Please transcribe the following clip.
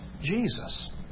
Jesus